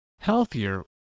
healthier